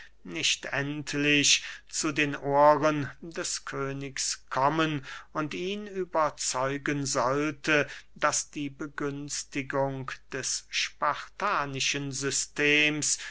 nicht endlich zu den ohren des königs kommen und ihn überzeugen sollte daß die begünstigung des spartanischen systems